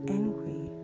angry